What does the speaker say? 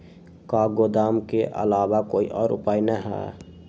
का गोदाम के आलावा कोई और उपाय न ह?